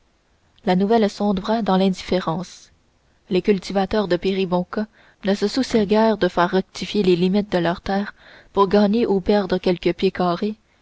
la nouvelle sombra dans l'indifférence les cultivateurs de péribonka ne se souciaient guère de faire rectifier les limites de leurs terres pour gagner ou perdre quelques pieds carrés